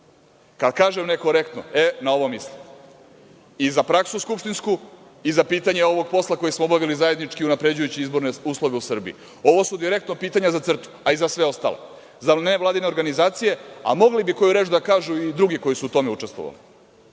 Kada kažem nekorektno, na ovom mislim i za skupštinsku praksu i za pitanje ovog posla koji smo obavili zajednički unapređujući izborne uslove u Srbiji. Ovo su direktno pitanja i za CRTU, a i za sve ostalo, za nevladine organizacije, a mogli bi koju reč da kažu i drugi koji su u tome učestvovali. Pa